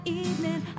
evening